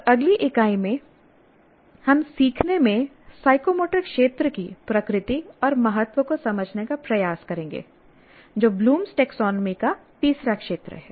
और अगली इकाई में हम सीखने में साइकोमोटर क्षेत्र की प्रकृति और महत्व को समझने का प्रयास करेंगे जो ब्लूम्स टैक्सोनॉमी Bloom's taxonomy का तीसरा क्षेत्र है